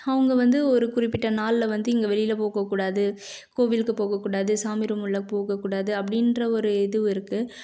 அவங்க வந்து ஒரு குறிப்பிட்ட நாள்ல வந்து இங்கே வெளியில போகக்கூடாது கோவிலுக்கு போகக்கூடாது சாமி ரூம் உள்ள போகக்கூடாது அப்படின்ற ஒரு இது இருக்குது